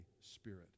Spirit